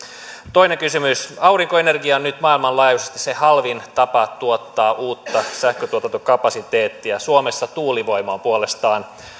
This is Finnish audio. toinen kysymys aurinkoenergia on nyt maailmanlaajuisesti se halvin tapa tuottaa uutta sähköntuotantokapasiteettia suomessa tuulivoima on puolestaan